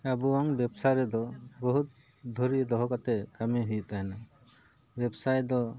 ᱟᱵᱚᱣᱟᱜ ᱵᱮᱵᱥᱟ ᱨᱮᱫᱚ ᱵᱚᱦᱩᱛ ᱫᱷᱚᱨᱡᱳ ᱫᱚᱦᱚ ᱠᱟᱛᱮ ᱠᱟᱹᱢᱤ ᱦᱩᱭᱩᱜ ᱛᱟᱦᱮᱱᱟ ᱵᱮᱵᱥᱟᱭ ᱫᱚ